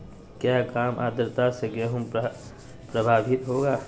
क्या काम आद्रता से गेहु प्रभाभीत होगा?